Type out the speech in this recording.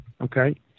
okay